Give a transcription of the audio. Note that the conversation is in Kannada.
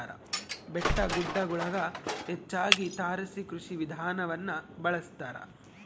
ಬೆಟ್ಟಗುಡ್ಡಗುಳಗ ಹೆಚ್ಚಾಗಿ ತಾರಸಿ ಕೃಷಿ ವಿಧಾನವನ್ನ ಬಳಸತಾರ